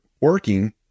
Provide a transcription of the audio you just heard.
working